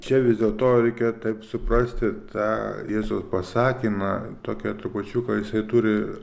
čia vis dėl to reikia taip suprasti tą jėzaus pasakymą tokią trupučiuką jisai turi